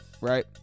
right